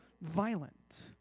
violent